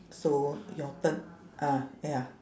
so your turn ah ya